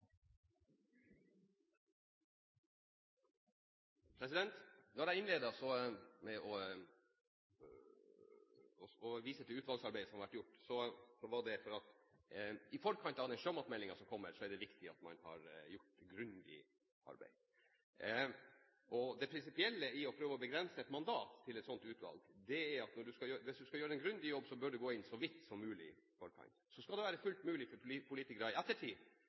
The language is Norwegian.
Når jeg innledet med å vise til det utvalgsarbeidet som har vært gjort, var det fordi det i forkant av den sjømatmeldingen som kommer, er viktig at man har gjort grundig arbeid. Det prinsipielle i å prøve å begrense mandatet til et slikt utvalg er at hvis en skal gjøre en grundig jobb, bør en gå inn så vidt som mulig i forkant, og så skal det være fullt mulig for politikere i ettertid